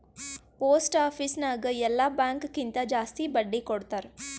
post office ನಾಗ್ ಎಲ್ಲಾ bank ಕಿಂತಾ ಜಾಸ್ತಿ ಬಡ್ಡಿ ಕೊಡ್ತಾರ್